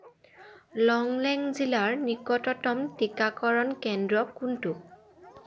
লংলেং জিলাৰ নিকটতম টিকাকৰণ কেন্দ্ৰ কোনটো